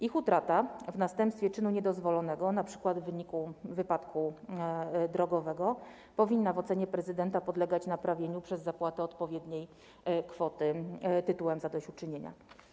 Ich utrata w następstwie czynu niedozwolonego, np. w wyniku wypadku drogowego, w ocenie prezydenta powinna podlegać naprawieniu przez zapłatę odpowiedniej kwoty tytułem zadośćuczynienia.